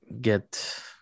get